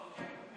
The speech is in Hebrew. אוקיי.